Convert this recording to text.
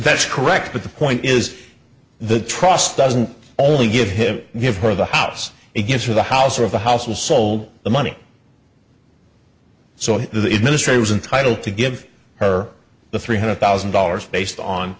best correct but the point is the trust doesn't only give him give her the house he gives her the house or the house was sold the money so that the administrators entitle to give her the three hundred thousand dollars based on